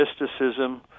mysticism